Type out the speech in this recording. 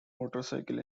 motorcycle